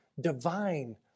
divine